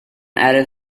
added